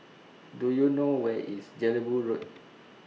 Do YOU know Where IS Jelebu Road